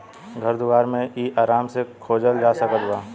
घर दुआर मे इ आराम से खोजल जा सकत बा